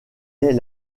est